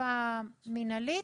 אכיפה מינהלית,